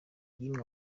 yibwe